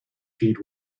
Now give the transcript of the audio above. feed